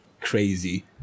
Crazy